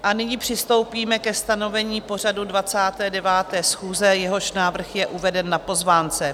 A nyní přistoupíme ke stanovení pořadu 29. schůze, jehož návrh je uveden na pozvánce.